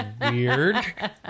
weird